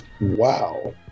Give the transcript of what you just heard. Wow